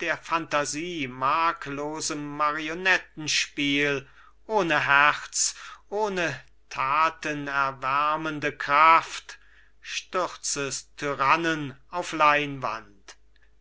der phantasie marklosem marionettenspiel ohne herz ohne tatenerwärmende kraft stürzest tyrannen auf leinwand